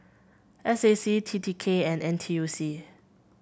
S A C T T K and N T U C